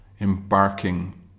embarking